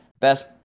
best